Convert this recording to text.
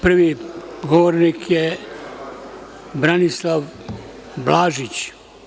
Prvi govornik je Branislav Blažić.